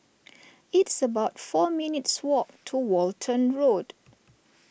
it's about four minutes' walk to Walton Road